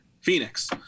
Phoenix